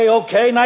okay